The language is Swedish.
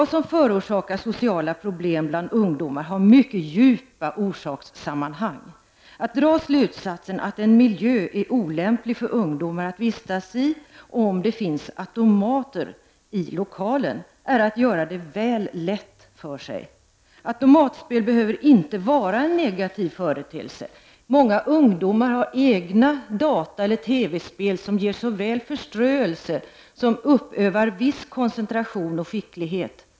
De sociala problemen bland ungdomar har mycket djupa orsakssammanhang. Att dra slutsatsen att en miljö är olämplig för ungdomar att vistas i om det finns automater i lokalen är att göra det väl lätt för sig. Automatspel behöver inte vara en negativ företeelse. Många ungdomar har egna dataeller TV-spel som ger såväl förströelse som uppövar viss koncentration och skicklighet.